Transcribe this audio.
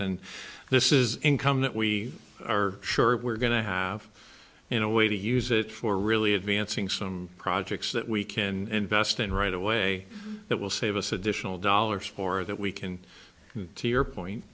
and this is income that we are sure we're going to have in a way to use it for really advancing some projects that we can invest in right away that will save us additional dollars for that we can to your point